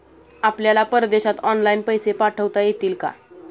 आपल्याला परदेशात ऑनलाइन पैसे पाठवता येतील का?